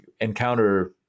encounter